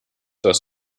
das